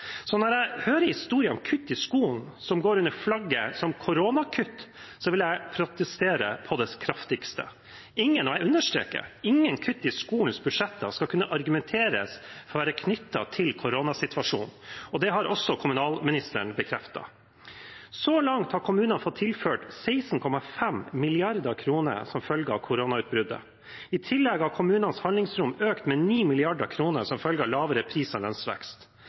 Så når jeg hører historier om kutt i skolen som går under flagget «koronakutt», vil jeg protestere på det kraftigste. Ingen – og jeg understreker: ingen – kutt i skolens budsjetter skal kunne argumenteres å være knyttet til koronasituasjonen. Det har også kommunalministeren bekreftet. Så langt har kommunene fått tilført 16,5 mrd. kr som følge av koronautbruddet. I tillegg har kommunenes handlingsrom økt med 9 mrd. kr som følge av lavere pris- og lønnsvekst.